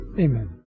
Amen